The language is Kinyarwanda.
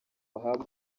ahabwe